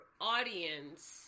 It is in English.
audience